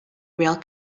real